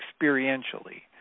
experientially